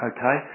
Okay